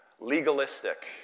legalistic